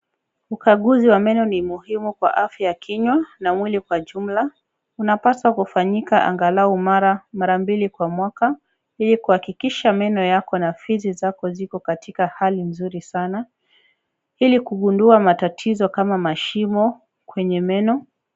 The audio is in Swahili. Ukaguzi wa meno ni muhimu kwa afya ya kinywa na mwili kwa jumla unapaswa kufanyika angalau mara mbili kwa mwaka ili kuhakikisha meno yako na fizi zako ziko katika hali nzuri sana. Ili kugundua matatizo kama mashimo kwenye meno.